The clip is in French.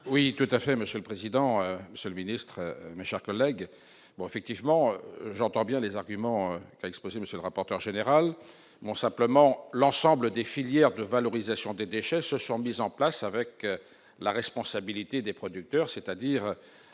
Oui, tout à fait, monsieur le président, Monsieur le Ministre, mes chers collègues, mais effectivement j'entends bien les arguments. Monsieur le rapporteur général non simplement l'ensemble des filières de valorisation des déchets se sont mises en place avec la responsabilité des producteurs, c'est-à-dire